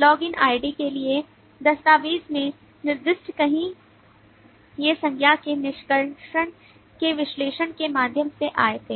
login ID के लिए दस्तावेज़ में निर्दिष्ट कहीं ये संज्ञा के निष्कर्षण के विश्लेषण के माध्यम से आए थे